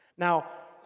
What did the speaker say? now,